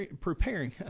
preparing